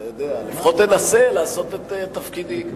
אתה יודע, לפחות אנסה לעשות את תפקידי.